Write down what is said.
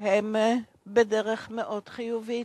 נמצאים במסלול מאוד חיובי.